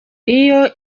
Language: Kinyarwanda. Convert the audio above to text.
iyo